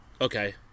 Okay